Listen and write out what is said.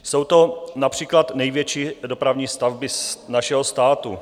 Jsou to například největší dopravní stavby našeho státu.